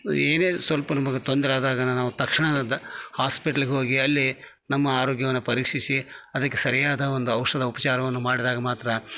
ಏನೇ ಸ್ವಲ್ಪ ನಮ್ಗೆ ತೊಂದರೆ ಆದಾಗನ ನಾವು ತಕ್ಷಣ ದ ಹಾಸ್ಪಿಟಲ್ಗೆ ಹೋಗಿ ಅಲ್ಲಿ ನಮ್ಮ ಆರೋಗ್ಯವನ್ನ ಪರೀಕ್ಷಿಸಿ ಅದಕ್ಕೆ ಸರಿಯಾದ ಒಂದು ಔಷಧ ಉಪಚಾರವನ್ನು ಮಾಡಿದಾಗ ಮಾತ್ರ